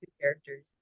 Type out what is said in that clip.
characters